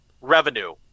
revenue